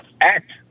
act